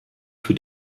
für